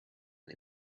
men